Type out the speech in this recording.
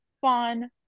fun